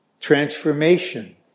transformation